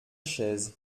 chaise